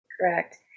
Correct